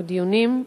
או דיונים,